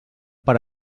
per